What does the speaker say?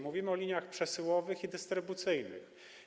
Mówimy o liniach przesyłowych i dystrybucyjnych.